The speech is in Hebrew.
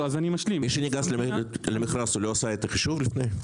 זה בושה וחרפה.